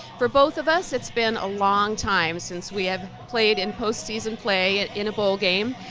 for both of us, it's been a long time since we have played in post season play and in a bowl game.